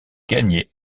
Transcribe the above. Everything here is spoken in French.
gagner